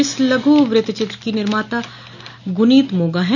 इस लघु वृत्त चित्र की निर्माता गुनीत मोंगा है